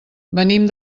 venim